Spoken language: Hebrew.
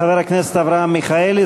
חבר הכנסת אברהם מיכאלי,